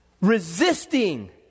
resisting